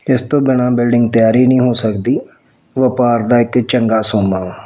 ਇਸ ਤੋਂ ਬਿਨਾ ਬਿਲਡਿੰਗ ਤਿਆਰ ਹੀ ਨਹੀਂ ਹੋ ਸਕਦੀ ਵਪਾਰ ਦਾ ਇੱਕ ਚੰਗਾ ਸੋਮਾ ਵਾ